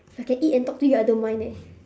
if I can eat and talk to you I don't mind eh